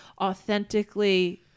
authentically